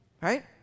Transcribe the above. right